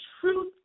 truth